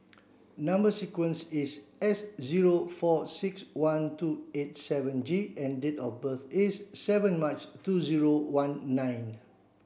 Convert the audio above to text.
number sequence is S zero four six one two eight seven G and date of birth is seven March two zero one nine